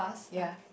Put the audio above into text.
ya